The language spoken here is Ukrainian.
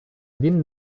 він